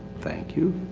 thank you.